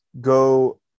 go